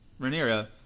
Rhaenyra